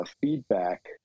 feedback